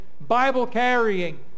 Bible-carrying